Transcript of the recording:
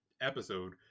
episode